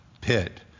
pit